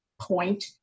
point